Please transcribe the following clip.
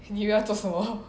你又要做什么